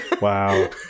Wow